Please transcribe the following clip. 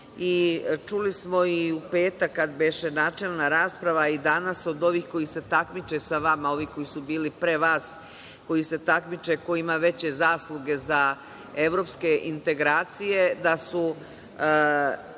Čuli smo i u petak kada je bila načelna rasprava i danas od ovih koji se takmiče sa vama, ovi koji su bili pre vas, koji se takmiče ko ima veće zasluge za evropske integracije, da su